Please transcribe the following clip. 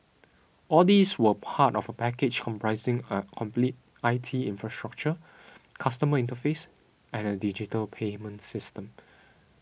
all these were part of a package comprising a complete I T infrastructure customer interface and a digital payment system